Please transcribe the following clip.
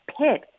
pit